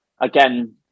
again